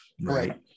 right